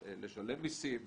לשלם מיסים,